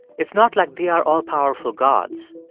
it's not like they are all-powerful gods.